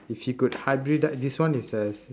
if you could hybridise this one is a s~